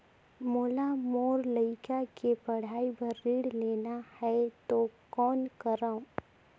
मोला मोर लइका के पढ़ाई बर ऋण लेना है तो कौन करव?